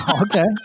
Okay